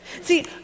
See